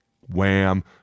wham